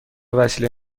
وسیله